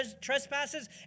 trespasses